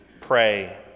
pray